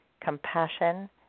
Compassion